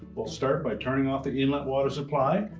we'll start by turning off the inlet water supply,